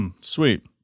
sweet